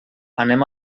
anem